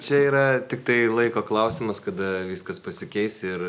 čia yra tiktai laiko klausimas kada viskas pasikeis ir